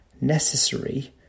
necessary